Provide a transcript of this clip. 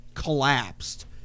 collapsed